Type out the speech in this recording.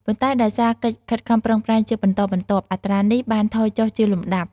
ប៉ុន្តែដោយសារកិច្ចខិតខំប្រឹងប្រែងជាបន្តបន្ទាប់ អត្រានេះបានថយចុះជាលំដាប់។